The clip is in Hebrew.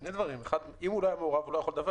אם לא היה מעורב, לא יכול לדווח.